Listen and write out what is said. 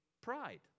pride